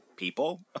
People